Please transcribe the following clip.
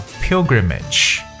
Pilgrimage